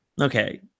okay